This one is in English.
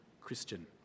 christian